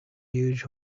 huge